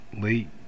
late